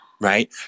right